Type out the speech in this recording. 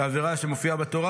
ועברה שמופיעה בתורה,